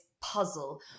puzzle